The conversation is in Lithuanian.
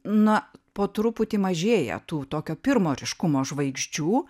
na po truputį mažėja tų tokio pirmo ryškumo žvaigždžių